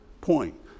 point